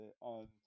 on